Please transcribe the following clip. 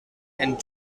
and